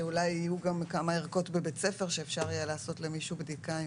שאולי יהיו גם כמה ערכות בבית ספר שאפשר יהיה לעשות למישהו בדיקה?